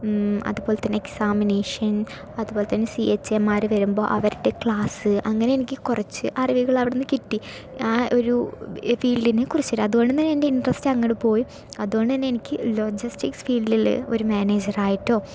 അതുപോലെ തന്നെ എക്സാമിനേഷൻ അതുപോലെ തന്നെ സി എച്ച് എം മാര് വരുമ്പോൾ അവരുടെ ക്ലാസ് അങ്ങനെ എനിക്ക് കുറച്ച് അറിവുകൾ എനിക്ക് അവിടുന്ന് കിട്ടി ആ ഒരു ഫീൽഡിനെ കുറിച്ച് അത് കൊണ്ട് തന്നെ ഇൻട്രേസ്റ്റ് അങ്ങോട്ട് പോയി അതുകൊണ്ട് തന്നെ എനിക്ക് ലോജിസ്റ്റിക്സ് ഫീൽഡിൽ ഒരു മാനേജർ ആയിട്ടോ